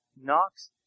knocks